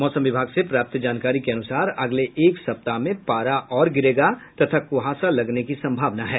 मौसम विभाग से प्राप्त जानकारी के अनुसार अगले एक सप्ताह में पारा और गिरेगा तथा कुहासा लगने की संभावना है